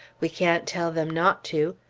we can't tell them not to.